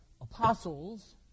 apostles